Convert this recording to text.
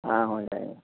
ہاں ہو جائے گا